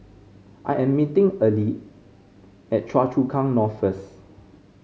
I am meeting Earley at Choa Chu Kang North first